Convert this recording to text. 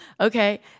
Okay